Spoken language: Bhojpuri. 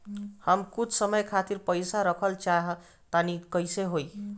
हम कुछ समय खातिर पईसा रखल चाह तानि कइसे होई?